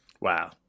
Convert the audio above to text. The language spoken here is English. Wow